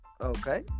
Okay